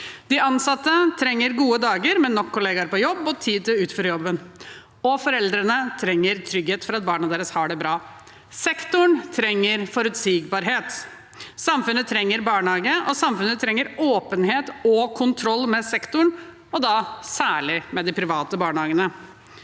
De ansatte trenger gode dager med nok kollegaer på jobb og tid til å utføre jobben, og foreldrene trenger trygghet for at barna deres har det bra. Sektoren trenger forutsigbarhet. Samfunnet trenger barnehage, og samfunnet trenger åpenhet og kontroll med sektoren, og da særlig med de private barnehagene.